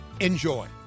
Enjoy